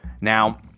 Now